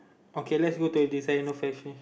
okay let's go to you know designer fashion shop